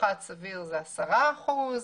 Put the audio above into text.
פחות סביר זה 10%?